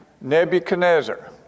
Nebuchadnezzar